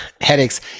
headaches